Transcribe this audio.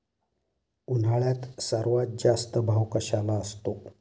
उन्हाळ्यात सर्वात जास्त कशाला भाव असतो?